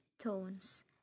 tones